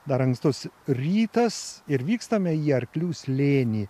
dar ankstus rytas ir vykstame į arklių slėnį